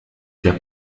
der